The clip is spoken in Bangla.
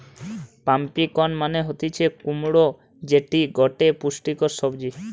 পাম্পিকন মানে হতিছে কুমড়ো যেটি গটে পুষ্টিকর সবজি